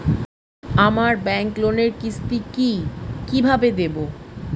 আমার ব্যাংক লোনের কিস্তি কি কিভাবে দেবো?